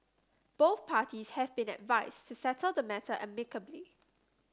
both parties have been advised to settle the matter amicably